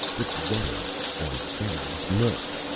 it's running on sally's milk!